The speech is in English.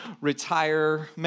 retire